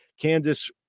Kansas